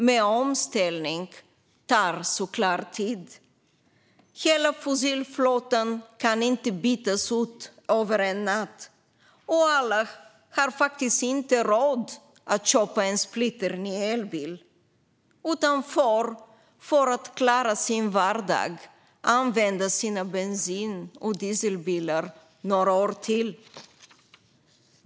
Men omställning tar såklart tid. Hela fossilflottan kan inte bytas ut över natt, och alla har faktiskt inte råd att köpa en splitterny elbil. De får för att klara sin vardag använda sina bensin och dieselbilar några år till.